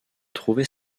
trouver